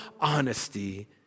honesty